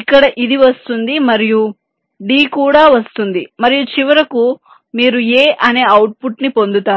ఇక్కడ ఇది వస్తుంది మరియు d కూడా వస్తుంది మరియు చివరకు మీరు a అనే ఔట్పుట్ ని పొందుతారు